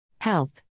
Health